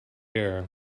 air